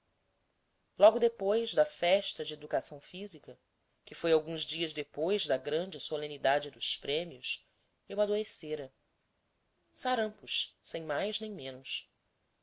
logo depois da festa de educação física que foi alguns dias depois da grande solenidade dos prêmios eu adoecera sarampos sem mais nem menos